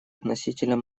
относительно